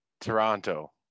Toronto